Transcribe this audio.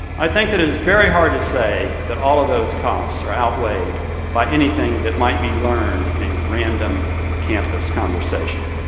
i think that it is very hard to say that all of those costs are outweighed by anything that might be learned in a random campus conversation.